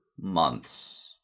months